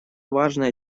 важная